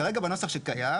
כרגע בנוסח שקיים